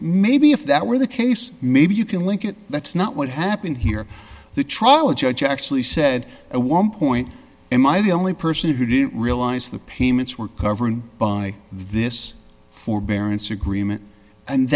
maybe if that were the case maybe you can link it that's not what happened here the trial judge actually said a warm point am i the only person who didn't realize the payments were covered by this forbearance agreement and